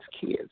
kids